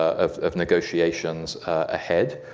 of of negotiations ahead.